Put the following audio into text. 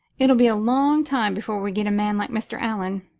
it'll be a long time before we get a man like mr. allan.